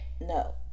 No